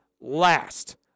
last